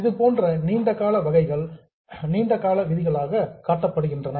இதுபோன்ற நீண்டகால வகைகள் லாங் டெர்ம் புரோவிஷன்ஸ் நீண்டகால விதிகளாக காட்டப்படுகின்றன